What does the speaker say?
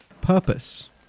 purpose